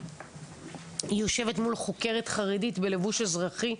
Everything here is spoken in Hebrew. היא יושבת מול חוקרת חרדית בלבוש אזרחי.